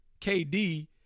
KD